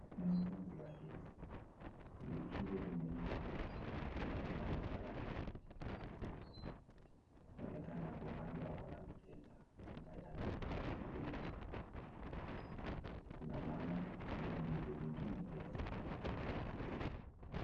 Muuzaji wa ndizi. Ndizi hizi zimeiva, yaonekana kwa rangi. Yaonekana kwamba hapo kando akona mteja ambaye anataka kumhudumia. Kuna mama ambaye ndizi zingine pia ziko katika kreti .